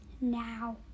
Now